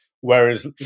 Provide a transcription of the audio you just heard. Whereas